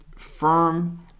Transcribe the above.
Firm